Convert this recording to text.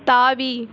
தாவி